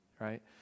Right